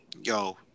yo